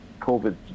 COVID